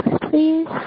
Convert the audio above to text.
please